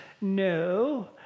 No